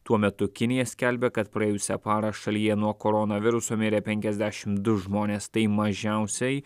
tuo metu kinija skelbia kad praėjusią parą šalyje nuo koronaviruso mirė penkiasdešim du žmonės tai mažiausiai